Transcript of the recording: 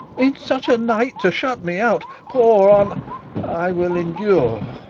in such a night to shut me out pour on i will endure